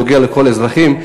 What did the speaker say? שנוגע לכל האזרחים.